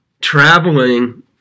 traveling